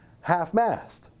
half-mast